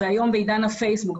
והיום בעידן הפייסבוק,